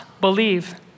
believe